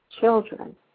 Children